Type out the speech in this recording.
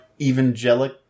Evangelic